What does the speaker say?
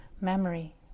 memory